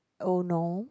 oh no